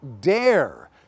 dare